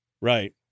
right